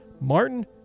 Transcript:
Martin